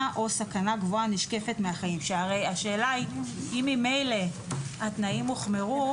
או סכנה גבוהה הנשקפת מאחרים שהרי השאלה היא אם ממילא התנאים הוחמרו,